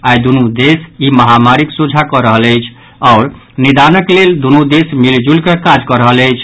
आई दूनु देश ई महामारीक सोझा कऽ रहल अछि आओर निदानक लेल दूनु देश मिलिजुलि कऽ काज कऽ रहल अछि